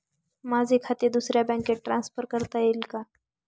माझे खाते दुसऱ्या बँकेत ट्रान्सफर करता येईल का?